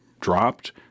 dropped